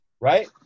right